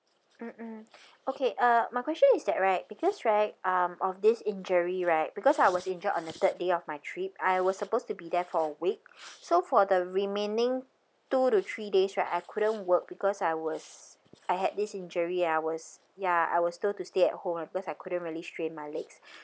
mm okay uh my question is that right because right um of this injury right because I was injured on the third day of my trip I was supposed to be there for a week so for the remaining two to three days right I couldn't work because I was I had this injury and I was ya I was told to stay at home lah because I couldn't really strain my legs